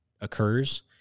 occurs